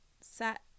set